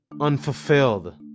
Unfulfilled